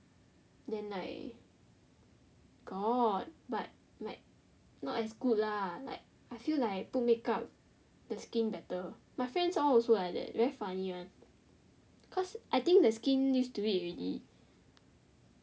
then like got but like not as good lah like I feel like I put makeup the skin better my friends all like that very funny one cause I think the skin used to it already